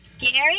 Gary